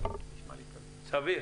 סביר.